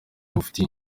agufitiye